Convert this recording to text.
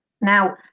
Now